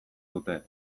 dute